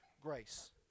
grace